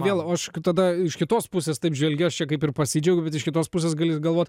vėl aš tada iš kitos pusės taip žvelgiu aš čia kaip ir pasidžiaugiu bet iš kitos pusės gali galvot